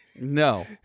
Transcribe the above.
No